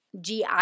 GI